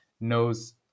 knows